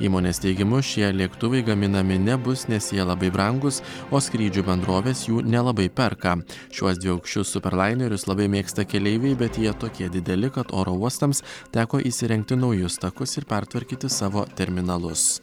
įmonės teigimu šie lėktuvai gaminami nebus nes jie labai brangūs o skrydžių bendrovės jų nelabai perka šiuos dviaukščius super lainerius labai mėgsta keleiviai bet jie tokie dideli kad oro uostams teko įsirengti naujus takus ir pertvarkyti savo terminalus